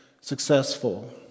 successful